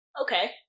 Okay